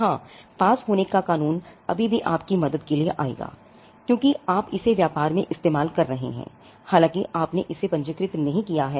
हां पास होने का कानून अभी भी आपकी मदद के लिए आएगा क्योंकि आप इसे व्यापार में इस्तेमाल कर रहे हैं हालांकि आपने इसे पंजीकृत नहीं किया है